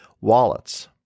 wallets